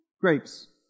Grapes